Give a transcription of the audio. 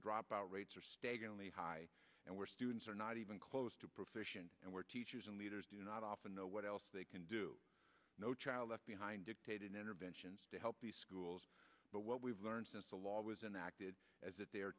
the dropout rates are staggeringly high and where students are not even close to proficient and where teachers and leaders do not often know what else they can do no child left behind dictated interventions to help the schools but what we've learned since the law was enacted as if the